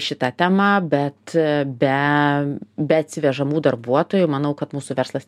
šita tema bet be be atsivežamų darbuotojų manau kad mūsų verslas